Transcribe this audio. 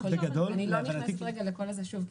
אני לא נכנסת רגע לקול הזה שוב,